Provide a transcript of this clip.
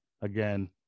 again